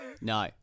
No